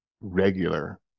regular